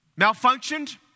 malfunctioned